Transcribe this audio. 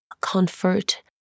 comfort